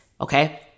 Okay